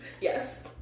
Yes